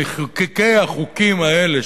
שמחוקקי החוקים האלה,